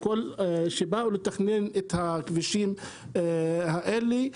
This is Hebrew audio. כשבאו לתכנן את הכבישים האלה,